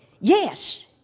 yes